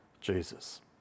Jesus